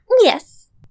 Yes